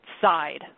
side